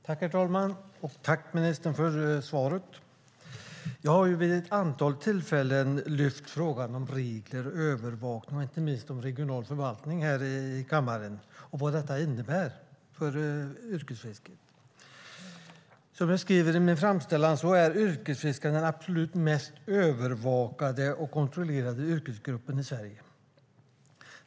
Herr talman! Tack, ministern, för svaret! Jag har vid ett antal tillfällen lyft fram frågan om regler och övervakning, inte minst frågan om regional förvaltning, här i kammaren och vad detta innebär för yrkesfisket. Som jag skriver i min framställan är yrkesfiskarna den mest övervakade och kontrollerade yrkesgruppen i Sverige.